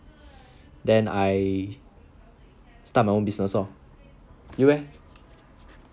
then I start my own business lor you leh